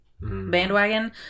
Bandwagon